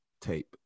tape